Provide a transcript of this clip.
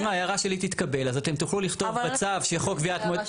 אם ההערה שלי תתקבל אז אתם תוכלו לכתוב מצב שחוק קביעת מועד.